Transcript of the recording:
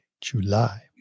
July